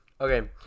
Okay